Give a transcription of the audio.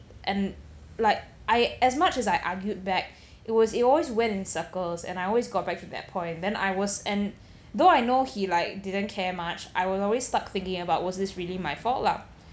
and like I as much as I argued back it was it always went in circles and I always got back from that point then I was and though I know he like didn't care much I was always stuck thinking about was this really my fault lah